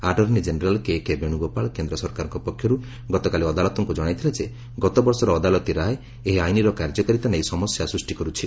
attorney general K K Venugopal କେନ୍ଦ୍ର ସରକାରଙ୍କ ପକ୍ଷରୁ ଗତକାଲି ଅଦାଲତଙ୍କୁ ଜଣାଇଥିଲେ ଯେ ଗତବର୍ଷର ଅଦାଲତୀ ରାୟ ଏହି ଆଇନର କାର୍ଯ୍ୟକାରିତା ନେଇ ସମସ୍ୟା ସୃଷ୍ଟି କରୁଛି